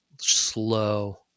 slow